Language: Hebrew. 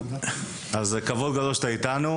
זה כבוד גדול שאתה איתנו,